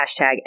hashtag